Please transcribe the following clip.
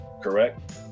correct